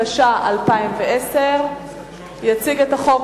התש"ע 2010. יציג את החוק,